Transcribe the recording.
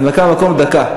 דקה.